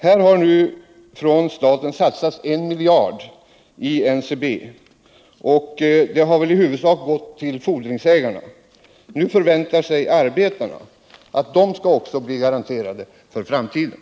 Här har nu staten satsat 1 miljard i NCB, och dessa pengar har väl i huvudsak gått till fordringsägarna. Nu förväntar sig arbetarna att de också skall få garantier för framtiden.